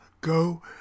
go